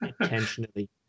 intentionally